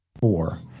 four